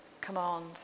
command